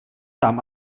tam